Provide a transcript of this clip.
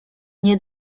nie